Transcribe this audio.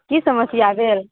की समस्या भेल